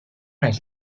nel